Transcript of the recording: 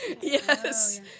Yes